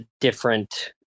different